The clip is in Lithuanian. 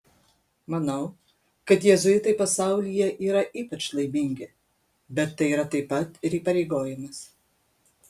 manau kad jėzuitai pasaulyje yra ypač laimingi bet tai yra taip pat ir įpareigojimas